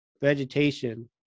vegetation